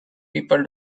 people